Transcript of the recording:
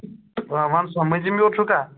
آ وَن سا مٔنٛزِم یور چھُکھا